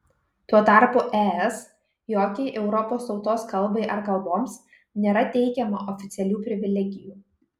tuo tarpu es jokiai europos tautos kalbai ar kalboms nėra teikiama oficialių privilegijų